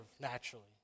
naturally